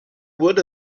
would